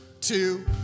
two